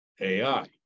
AI